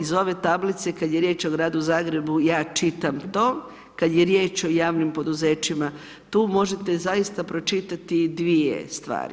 Iz ove tablice kad je riječ o Gradu Zagrebu ja čitam to, kad je riječ o javnim poduzećima, tu možete zaista pročitati dvije stvari.